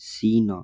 China